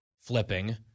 flipping